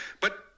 But-